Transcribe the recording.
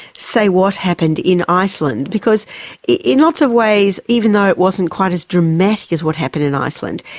say, what happened in iceland. because in lots of ways, even though it wasn't quite as dramatic as what happened in iceland,